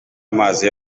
amazi